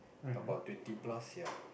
about twenty plus ya